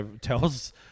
tells